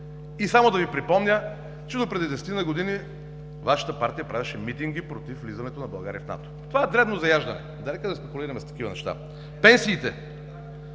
Само да Ви припомня, че допреди десетина години Вашата партия правеше митинги против влизането на България в НАТО. Това е дребно заяждане, но нека да не спекулираме с такива неща. Пенсиите.